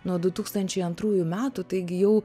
nuo du tūkstančiai antrųjų metų taigi jau